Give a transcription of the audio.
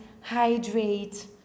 hydrate